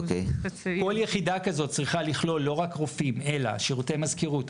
כל יחידה כזאת צריכה לכלול לא רק רופאים אלא שירותי מזכירות,